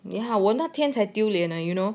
我那天才丢脸 you know